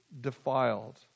defiled